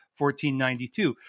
1492